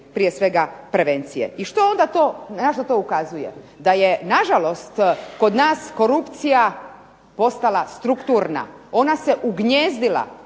prije svega prevencije. I što onda to, na što to ukazuje. Da je na žalost kod nas korupcija postala strukturna, ona se ugnijezdila